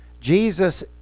Jesus